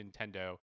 nintendo